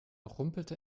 rumpelte